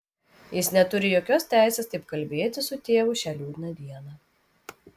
jis neturi jokios teisės taip kalbėti su tėvu šią liūdną dieną